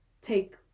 take